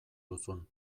duzun